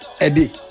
Eddie